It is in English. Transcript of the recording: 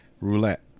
roulette